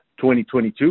2022